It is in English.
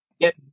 get